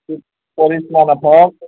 কৰিশ্মা নাথক